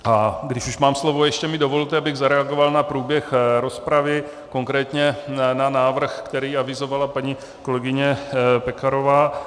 A když už mám slovo, ještě mi dovolte, abych zareagoval na průběh rozpravy, konkrétně na návrh, který avizovala paní kolegyně Pekarová.